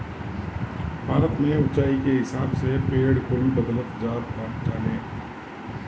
भारत में उच्चाई के हिसाब से पेड़ कुल बदलत जात बाने